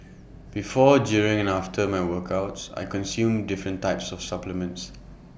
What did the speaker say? before during and after my workouts I consume different types of supplements